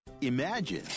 imagine